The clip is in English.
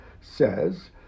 says